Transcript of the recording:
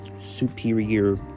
superior